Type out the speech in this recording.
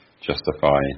justify